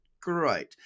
Great